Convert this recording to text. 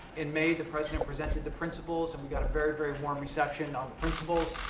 in may, the president presented the principles, and we got a very, very warm reception on the principles.